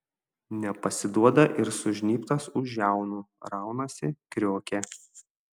nepasiduoda ir sužnybtas už žiaunų raunasi kriokia